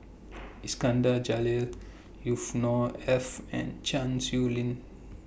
Iskandar Jalil Yusnor Ef and Chan Sow Lin